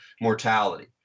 mortality